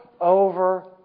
over